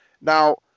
Now